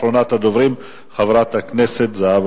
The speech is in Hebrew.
אחרונת הדוברים, חברת הכנסת זהבה